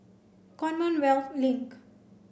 Commonwealth Link